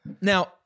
Now